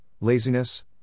laziness